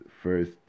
First